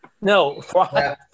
No